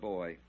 Boy